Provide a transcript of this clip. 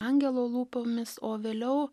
angelo lūpomis o vėliau